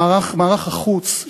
מערך החוץ,